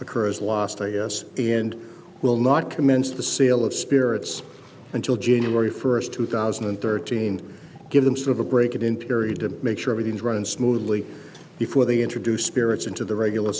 occurs las vegas and will not commence the sale of spirits until january first two thousand and thirteen give them sort of a break in period to make sure everything's running smoothly before they introduce spirits into the regular